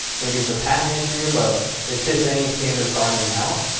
maybe it's a patent issue but it fits any standard garmin mount.